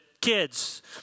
kids